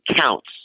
counts